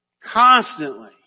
Constantly